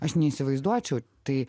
aš neįsivaizduočiau tai